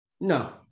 No